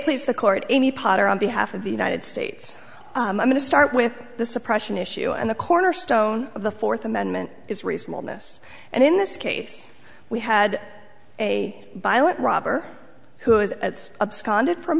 please the court amy potter on behalf of the united states i'm going to start with the suppression issue and the cornerstone of the fourth amendment is reasonable in this and in this case we had a violent robber who has it's ups condit from